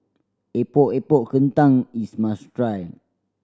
Epok Epok Kentang is must try